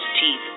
teeth